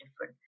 different